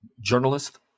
journalist